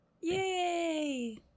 Yay